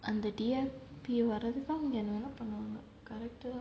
அந்த:antha T_R_P வாரத்துக்கு என்னவேனா பண்ணுவாங்க:vaarathuku ennavennaa pannuvaanga character